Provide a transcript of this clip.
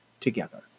together